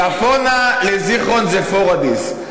צפונית לזיכרון זה פוריידיס.